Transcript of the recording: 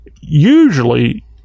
usually